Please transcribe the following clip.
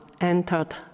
entered